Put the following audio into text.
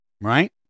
right